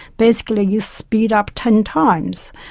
basically you speed up ten times.